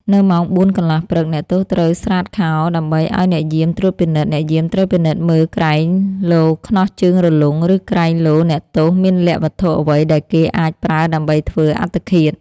នៅម៉ោងបួនកន្លះព្រឹក អ្នកទោសត្រូវស្រាតខោដើម្បីឱ្យអ្នកយាមត្រួតពិនិត្យ អ្នកយាមត្រូវពិនិត្យមើលក្រែង លោខ្នោះជើងរលុង ឬក្រែងលោអ្នកទោសមានលាក់វត្ថុអ្វីដែលគេអាចប្រើដើម្បីធ្វើអត្តឃាត ។